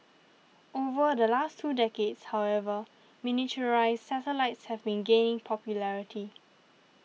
over the last two decades however miniaturised satellites have been gaining popularity